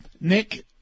Nick